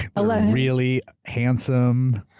a really handsome,